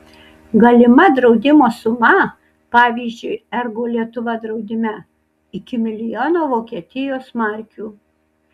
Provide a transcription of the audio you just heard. galima draudimo suma pavyzdžiui ergo lietuva draudime iki milijono vokietijos markių